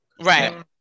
Right